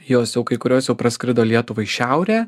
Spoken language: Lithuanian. jos jau kai kurios jau praskrido lietuvą į šiaurę